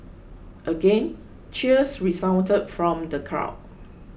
again cheers resounded from the crowd